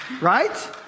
Right